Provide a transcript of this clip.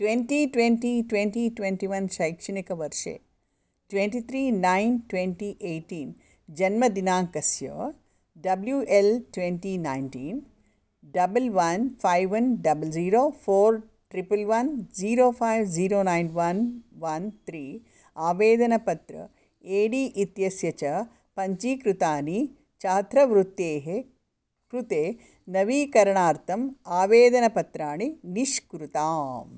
twenty twenty twenty twenty one शैक्षणिकवर्षे twenty three nine twenty eighteen जन्मदिनाङ्कस्य W L twenty nineteen double one five one double zero four triple one zero five zero nine one one three आवेदनपत्र I D इत्यस्य च पञ्जीकृतानि चात्रवृत्तेः कृते नवीकरणार्थं आवेदनपत्राणि निष्कृताम्